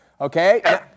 Okay